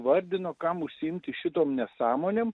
vardino kam užsiimti šitom nesąmonėm